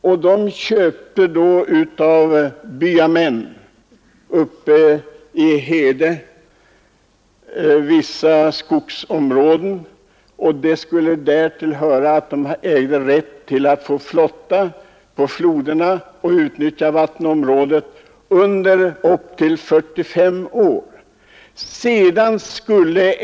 Av byamän köpte de uppe i Hede vissa skogsområden. Därtill skulle de äga rätt att få flotta på floderna och utnyttja vattenområdet under upp till 45 år.